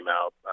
out